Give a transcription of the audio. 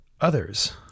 others